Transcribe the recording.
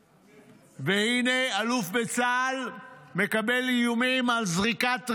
והינה, אלוף בצה"ל מקבל איומים על זריקת רימון,